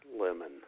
lemon